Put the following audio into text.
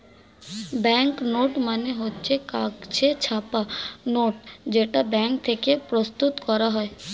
bank note মানে হচ্ছে কাগজে ছাপা নোট যেটা ব্যাঙ্ক থেকে প্রস্তুত করা হয়